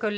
Quel